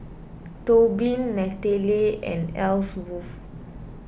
Tobin Natalie and Ellsworth